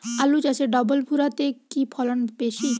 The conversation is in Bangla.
আলু চাষে ডবল ভুরা তে কি ফলন বেশি?